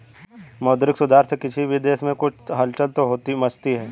मौद्रिक सुधार से किसी भी देश में कुछ हलचल तो मचती है